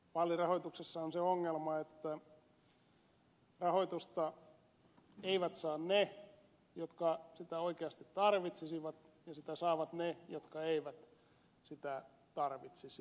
vaalirahoituksessa on se ongelma että rahoitusta eivät saa ne jotka sitä oikeasti tarvitsisivat ja sitä saavat ne jotka eivät sitä tarvitsisi